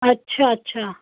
अछा अछा